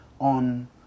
on